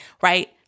Right